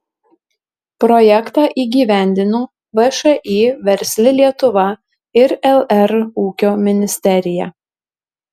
projektą įgyvendino všį versli lietuva ir lr ūkio ministerija